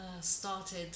started